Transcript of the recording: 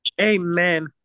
Amen